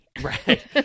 Right